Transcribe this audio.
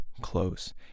close